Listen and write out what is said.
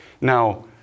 Now